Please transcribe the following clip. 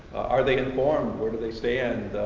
are they informed? where do they stand?